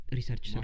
Research